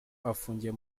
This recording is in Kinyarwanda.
afungiwe